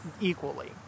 equally